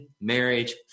marriage